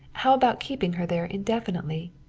how about keeping her there indefinitely?